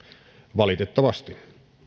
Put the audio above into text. valitettavasti